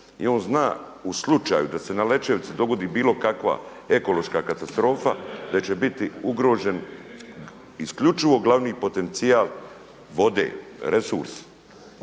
i on zna u slučaju da se na Lećevici dogodi bilo kakva ekološka katastrofa da će biti ugrožen isključivo glavni potencijal vode resurs